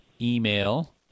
email